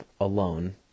alone